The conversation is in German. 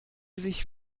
sich